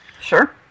Sure